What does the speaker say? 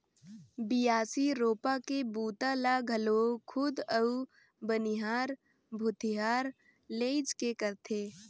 बियासी, रोपा के बूता ल घलो खुद अउ बनिहार भूथिहार लेइज के करथे